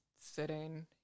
sitting